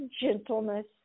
gentleness